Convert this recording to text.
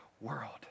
world